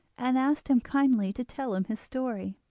and asked him kindly to tell him his story.